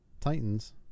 Titans